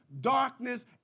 darkness